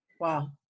Wow